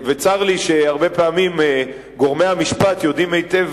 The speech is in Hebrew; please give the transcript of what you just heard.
צר לי שהרבה פעמים גורמי המשפט יודעים היטב